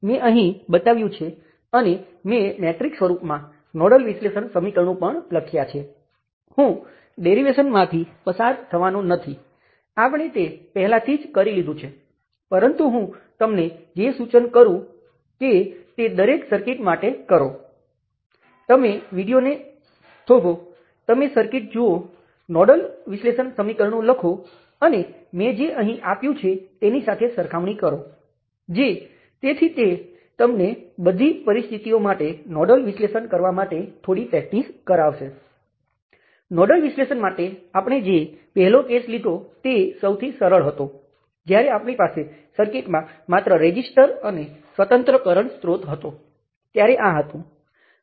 મેં જે કર્યું છે તે મેં પહેલા જેવી જ સર્કિટ લીધી છે પરંતુ બીજા વોલ્ટેજ સ્ત્રોતને કરંટ નિયંત્રિત વોલ્ટેજ સ્ત્રોત R m × I x દ્વારા બદલો અને આ કરંટ Ix છે